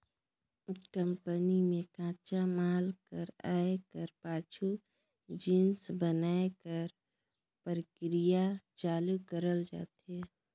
company में कच्चा माल कर आए कर पाछू जिनिस बनाए कर परकिरिया चालू करल जाथे